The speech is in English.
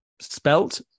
Spelt